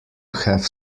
have